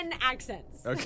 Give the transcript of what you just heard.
accents